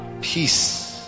peace